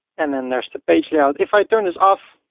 and then there's the page layout. if i turn this off,